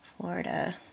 Florida